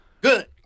Good